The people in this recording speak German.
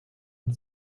ein